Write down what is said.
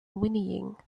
whinnying